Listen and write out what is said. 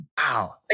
Wow